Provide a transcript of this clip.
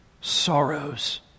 sorrows